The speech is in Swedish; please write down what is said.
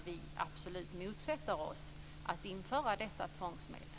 Vi motsätter oss absolut ett införande av detta tvångsmedel.